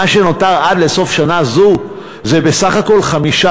מה שנותר עד לסוף שנה זו זה בסך הכול חמישה